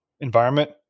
environment